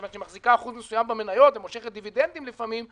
מכיוון שהיא מחזיקה אחוז מסוים ומשכת דיבידנדים לפעמים,